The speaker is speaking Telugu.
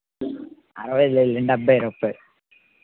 అరవైకి లేదు లేండి డెబ్బై రూపాయలు